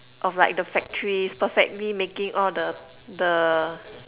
of like the factories perfectly making all the the